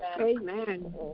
Amen